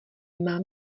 mám